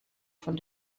von